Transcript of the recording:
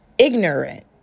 Ignorant